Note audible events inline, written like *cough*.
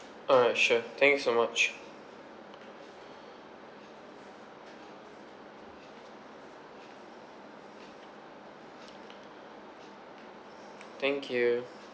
alright sure thanks so much *noise* thank you